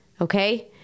Okay